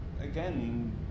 again